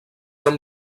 amb